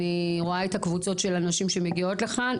אני רואה את הקבוצות של הנשים שמגיעות לכאן,